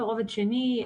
ורובד שני,